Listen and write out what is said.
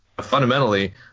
fundamentally